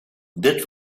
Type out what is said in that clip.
dit